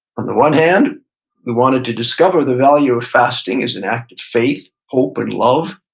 on the one hand, we wanted to discover the value of fasting as an act of faith, hope, and love.